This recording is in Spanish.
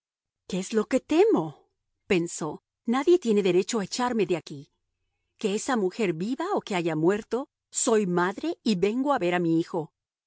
qué es lo que temo pensó nadie tiene derecho a echarme de aquí que esa mujer viva o que haya muerto soy madre y vengo a ver a mi hijo